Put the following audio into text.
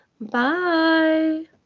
Bye